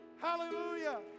hallelujah